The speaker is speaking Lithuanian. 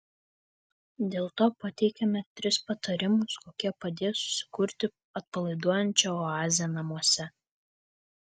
dėl to pateikiame tris patarimus kurie padės susikurti atpalaiduojančią oazę namuose